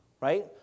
right